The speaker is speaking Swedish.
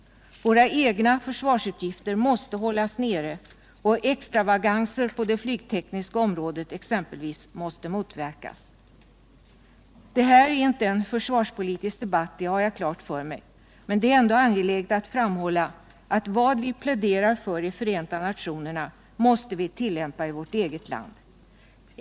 Våra egna försvarsutgifter måste hållas nere, och extravaganser exempelvis på det flygtekniska området måste motverkas. Det här är inte en försvarspolitisk debatt — det har jag klart för mig. Men det är ändå angeläget att framhålla att vad vi pläderar för i Förenta nationerna måste vi tillämpa i vårt eget land.